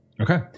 Okay